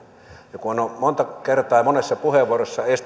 ja kun on monta kertaa ja monessa puheenvuorossa